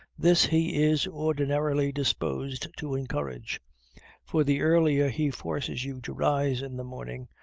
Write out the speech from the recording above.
this he is ordinarily disposed to encourage for the earlier he forces you to rise in the morning,